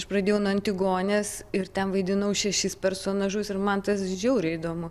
aš pradėjau nuo antigonės ir ten vaidinau šešis personažus ir man tas žiauriai įdomu